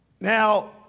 Now